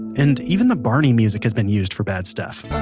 and even the barney music has been used for bad stuff